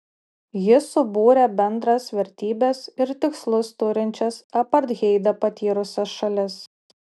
ji subūrė bendras vertybes ir tikslus turinčias apartheidą patyrusias šalis